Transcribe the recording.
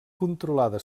controlada